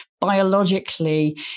biologically